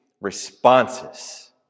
responses